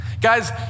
Guys